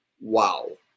wow